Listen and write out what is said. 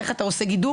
איך אתה עושה גידור?